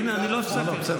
הינה, אני לא הפסקתי אותך.